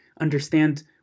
understand